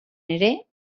ere